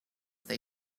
they